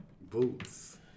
Boots